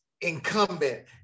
incumbent –